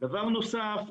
דבר נוסף,